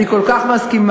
אני כל כך מסכימה.